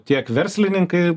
tiek verslininkai